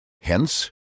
Hence